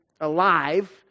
alive